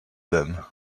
then